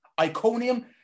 Iconium